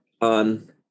on